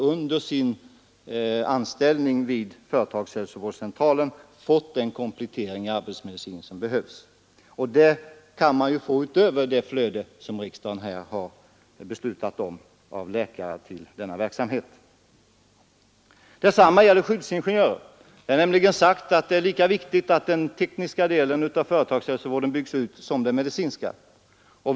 Under sin anställning vid företagshälsovårdscentralen har läkaren fått den komplettering i arbetsmedicin som behövs. Den utbildningen kan man få utanför den ram i fråga om flödet av läkare till denna verksamhet som riksdagen har beslutat om. Detsamma gäller skyddsingenjörerna. Det har nämligen sagts att det är lika viktigt att den tekniska delen av företagshälsovården byggs ut som den medicinska.